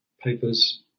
papers